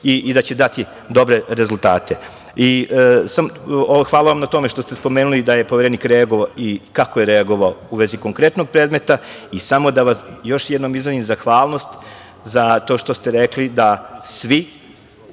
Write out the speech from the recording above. i da će dati dobre rezultate. Hvala vam na tome što ste spomenuli da je Poverenik reagovao i kako je reagovao u vezi konkretnog predmeta. Samo da vam još jednom izrazim zahvalnost zato što ste rekli da svi